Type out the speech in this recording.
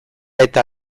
eta